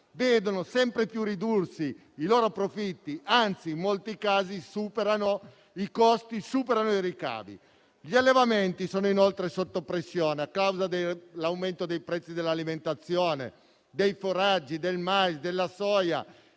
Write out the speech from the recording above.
vedono sempre più ridursi i loro profitti; anzi, in molti casi, i costi superano i ricavi. Gli allevamenti sono inoltre sotto pressione a causa dell'aumento dei prezzi dell'alimentazione, dei foraggi, del mais, della soia,